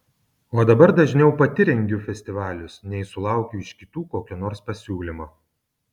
o dabar dažniau pati rengiu festivalius nei sulaukiu iš kitų kokio nors pasiūlymo